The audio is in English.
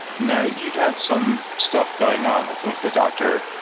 now you'd had some stuff going on. like you went to the doctor.